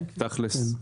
תכלס,